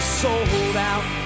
sold-out